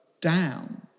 down